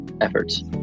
efforts